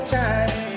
time